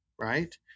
right